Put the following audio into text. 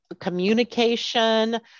communication